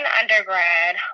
undergrad